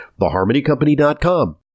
theharmonycompany.com